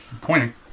Pointing